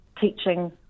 teaching